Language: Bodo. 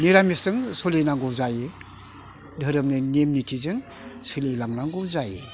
निरामिसजों सोलिनांगौ जायो धोरोमनि नियम नितिजों सोलिलांनांगौ जायो